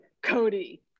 Cody